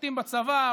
משרתים בצבא,